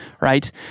right